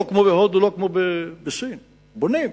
לא כמו בהודו, לא כמו בסין, בונים.